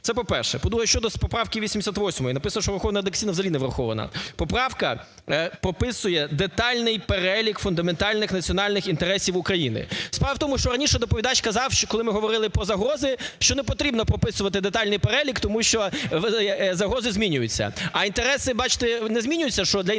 Це, по-перше. По-друге, щодо поправки 88. Написано, що враховано редакційно, вона взагалі не врахована. Поправка прописує детальний перелік фундаментальних національних інтересів України. Справа у тому, що раніше доповідач казав, коли ми говорили про загрози, що не потрібно прописувати детальний перелік, тому що загрози змінюються. А інтереси, бачте, не змінюються? Для інтересів